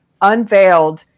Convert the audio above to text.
unveiled